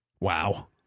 Wow